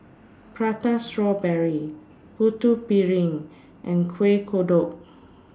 Prata Strawberry Putu Piring and Kueh Kodok